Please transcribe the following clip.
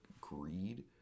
Greed